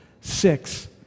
Six